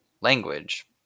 language